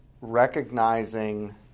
recognizing